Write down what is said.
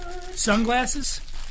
sunglasses